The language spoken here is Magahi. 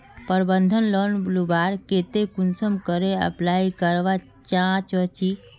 प्रबंधन लोन लुबार केते कुंसम करे अप्लाई करवा चाँ चची?